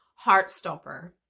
Heartstopper